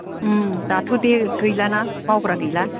उम दाथ' दे गैलाना मावग्रा गैला